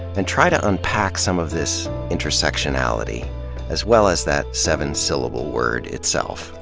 and try to unpack some of this intersectionality as well as that seven-syllable word itself.